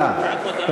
רק הודעה.